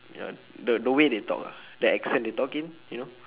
ya the the way they talk ah the accent they talking you know